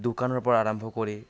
দোকানৰ পৰা আৰম্ভ কৰি